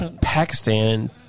Pakistan